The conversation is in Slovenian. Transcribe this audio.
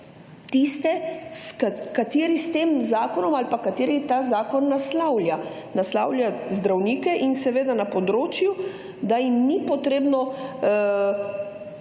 tiste kateri s tem zakonom ali pa kateri ta zakon naslavlja. Naslavlja zdravnike in seveda na področju, da jim ni potrebno